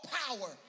power